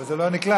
וזה לא נקלט.